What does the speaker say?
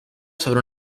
sobre